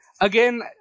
again